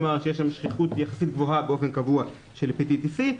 כלומר שיש שם שכיחות יחסית גבוהה באופן קבוע של הפטיטיס סי,